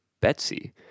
Betsy